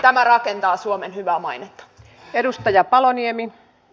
tämä rakentaa suomen hyvää mainetta